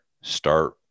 start